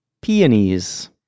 peonies